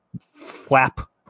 flap